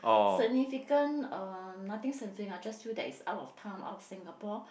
significant uh nothing significant ah I just feel that it's out of town out of Singapore